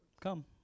Come